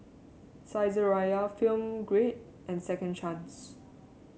Saizeriya Film Grade and Second Chance